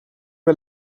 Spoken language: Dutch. wel